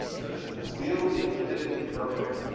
they're just really limited, imperfect